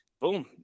Boom